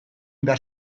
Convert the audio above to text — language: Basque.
behar